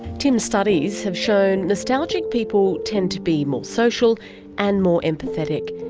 tim's studies have shown nostalgic people tend to be more social and more empathetic.